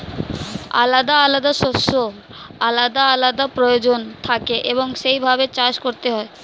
আলাদা আলাদা শস্যের আলাদা আলাদা প্রয়োজন থাকে এবং সেই ভাবে চাষ করতে হয়